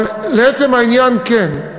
אבל לעצם העניין, כן.